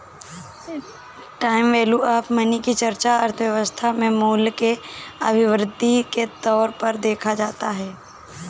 time value of money की चर्चा अर्थव्यवस्था में मूल्य के अभिवृद्धि के तौर पर देखा जाता है